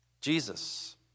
Jesus